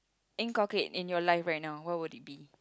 inculcate in your life right now what would it be